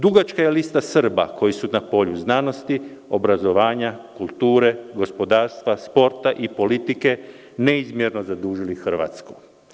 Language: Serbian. Dugačka je lista Srba koji su na polju znanosti, obrazovanja, kulture, gospodarstva, sporta i politike neizmerno zadužili Hrvatsku.